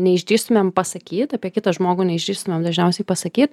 neišdrįstumėm pasakyt apie kitą žmogų neišdrįstumėm dažniausiai pasakyt